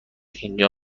اینجا